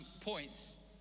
points